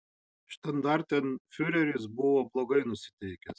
štandartenfiureris buvo blogai nusiteikęs